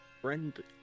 Friend